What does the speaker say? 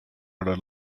order